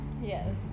Yes